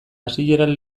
hasieran